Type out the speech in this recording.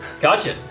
gotcha